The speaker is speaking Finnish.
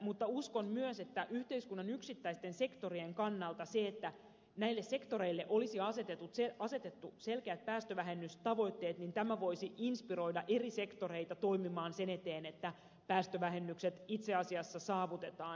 mutta uskon myös että yhteiskunnan yksittäisten sektorien kannalta se että näille sektoreille olisi asetettu selkeät päästövähennystavoitteet voisi inspiroida eri sektoreita toimimaan sen eteen että päästövähennykset itse asiassa saavutetaan